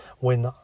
win